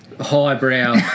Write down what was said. highbrow